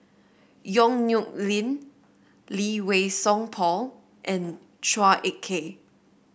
Yong Nyuk Lin Lee Wei Song Paul and Chua Ek Kay